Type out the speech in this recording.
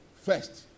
first